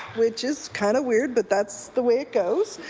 which is kind of weird. but that's the way it goes.